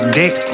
dick